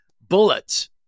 bullets